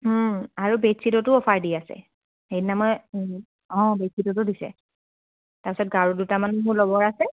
আৰু বেডশ্বীটতো অ'ফাৰ দি আছে সেইদিনা মই অঁ বেডশ্বিটতো দিছে তাৰপিছত গাৰু দুটামান মোৰ লগৰ আছে